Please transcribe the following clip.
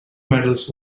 medals